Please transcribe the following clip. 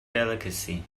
delicacy